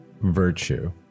virtue